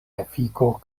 efiko